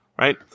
right